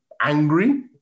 angry